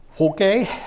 Okay